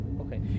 Okay